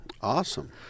Awesome